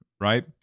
right